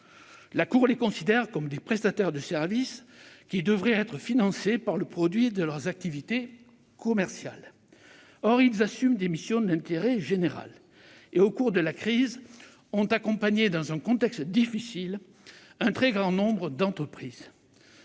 La Cour les considère comme des prestataires de services, qui devraient être financés par le produit de leurs activités commerciales. Or ils assument des missions d'intérêt général et, au cours de la crise, ils ont accompagné, dans un contexte difficile, un très grand nombre d'entreprises.